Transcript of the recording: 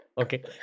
Okay